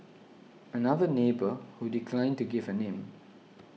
another neighbour who declined to give her name